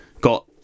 got